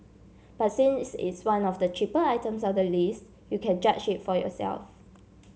but since it's one of the cheaper items on the list you can judge it for yourself